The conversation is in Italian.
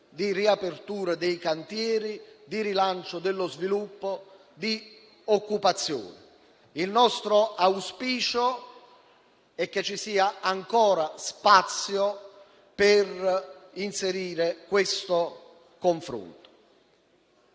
di riapertura dei cantieri, di rilancio dello sviluppo e di occupazione. Il nostro auspicio è che ci sia ancora spazio per inserire questo confronto.